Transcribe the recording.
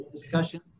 Discussion